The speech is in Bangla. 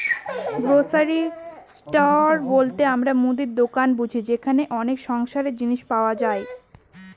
গ্রসারি স্টোর বলতে আমরা মুদির দোকান বুঝি যেখানে অনেক সংসারের জিনিস পাই